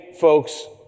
folks